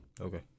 Okay